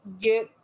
get